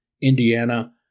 Indiana